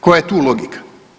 Koja je tu logika?